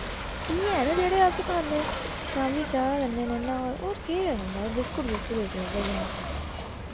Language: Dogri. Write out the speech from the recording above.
इयै न जेह्ड़े अस खन्ने शाम्मी चा कन्नै नेईं न और केह् बिस्कुट बुस्कुट ते चलदे गै न